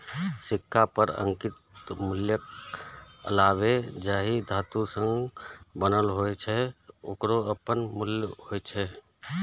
सिक्का पर अंकित मूल्यक अलावे जाहि धातु सं ओ बनल होइ छै, ओकरो अपन मूल्य होइ छै